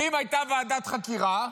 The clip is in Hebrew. ואם הייתה ועדת חקירה,